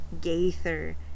Gaither